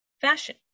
fashion